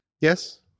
Yes